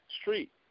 street